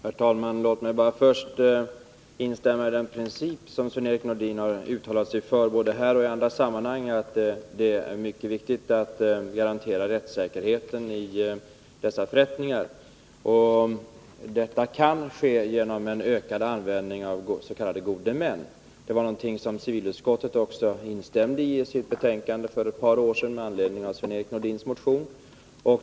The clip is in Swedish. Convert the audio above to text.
Herr talman! Låt mig bara först instämma i den princip som Sven-Erik Nordin har uttalat sig för både här och i andra sammanhang, nämligen att det är mycket viktigt att vi garanterar rättssäkerheten i dessa förrättningar. Detta kan ske genom en ökad användning av s.k. gode män. Det instämde även civilutskottet i för ett par år sedan med anledning av Sven-Erik Nordins motion.